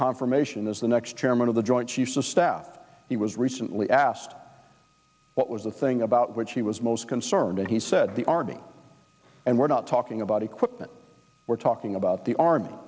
confirmation as the next chairman of the joint chiefs of staff he was recently asked what was the thing about which he was most concerned and he said the army and we're not talking about equipment we're talking about the army